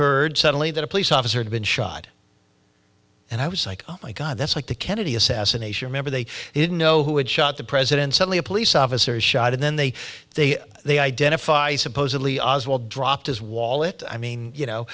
heard suddenly that a police officer had been shot and i was like oh my god that's like the kennedy assassination remember they didn't know who had shot the president suddenly a police officer shot and then they they they identify supposedly oswald dropped his wallet i mean you know